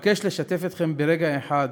אבקש לשתף אתכם ברגע אחד